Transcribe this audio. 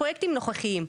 פרויקטים נוכחיים.